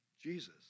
Jesus